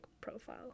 profile